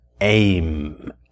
aim